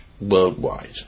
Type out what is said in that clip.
worldwide